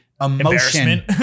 emotion